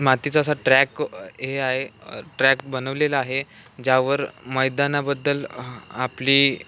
मातीचा असा ट्रॅक हे आहे ट्रॅक बनवलेला आहे ज्यावर मैदानाबद्दल आपली